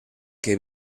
que